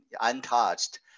untouched